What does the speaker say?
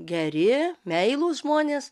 geri meilūs žmonės